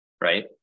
right